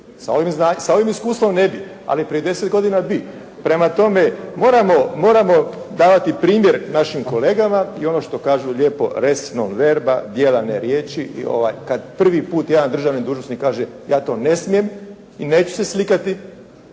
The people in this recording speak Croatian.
Sa ovim iskustvom ne bih, ali prije deset godina bi. Prema tome, moramo davati primjer našim kolegama i ono što kažu lijepo resno verba, djela ne riječi, kad prvi put jedan državni dužnosnik kaže ja to ne smijem i neću se slikati,